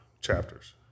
chapters